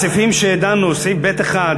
הסעיפים שדנו בהם: סעיף ב(1),